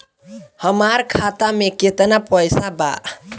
हमार खाता में केतना पैसा बा?